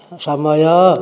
ସମୟ